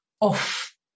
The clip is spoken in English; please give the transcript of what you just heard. off